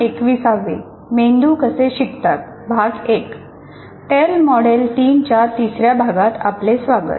tail model 3 च्या तिसऱ्या भागात आपले स्वागत